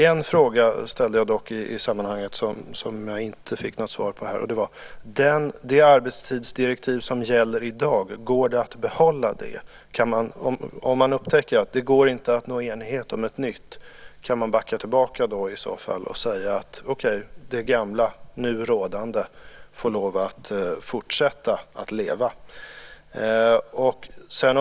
En fråga ställde jag dock i sammanhanget som jag inte fick något svar på. Det arbetstidsdirektiv som gäller i dag: går det att behålla det? Om man upptäcker att det inte går att nå enighet om ett nytt, kan man backa tillbaka i så fall och säga att det gamla, nu rådande, får fortsätta leva?